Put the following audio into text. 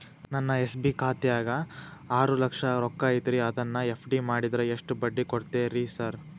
ನನ್ನ ಎಸ್.ಬಿ ಖಾತ್ಯಾಗ ಆರು ಲಕ್ಷ ರೊಕ್ಕ ಐತ್ರಿ ಅದನ್ನ ಎಫ್.ಡಿ ಮಾಡಿದ್ರ ಎಷ್ಟ ಬಡ್ಡಿ ಕೊಡ್ತೇರಿ ಸರ್?